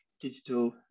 digital